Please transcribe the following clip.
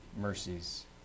mercies